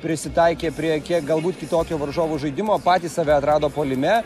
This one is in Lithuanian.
prisitaikė prie kiek galbūt kitokio varžovų žaidimo patys save atrado puolime